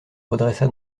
redressa